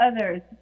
others